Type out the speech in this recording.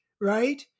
right